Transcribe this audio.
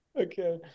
Okay